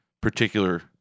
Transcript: particular